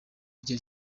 rye